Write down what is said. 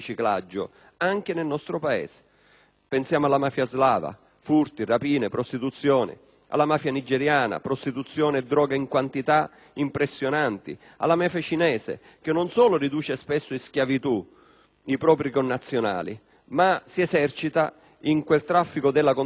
Paese; alla mafia slava, con i suoi furti, rapine e prostituzione; alla mafia nigeriana, prostituzione e droga in quantità impressionanti; alla mafia cinese, che non solo riduce spesso in schiavitù i propri connazionali, ma si esercita in quel traffico della contraffazione, che mette a serio rischio